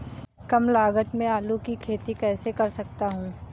कम लागत में आलू की खेती कैसे कर सकता हूँ?